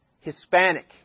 Hispanic